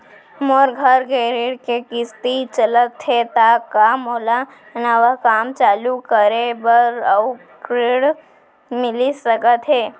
मोर घर के ऋण के किसती चलत हे ता का मोला नवा काम चालू करे बर अऊ ऋण मिलिस सकत हे?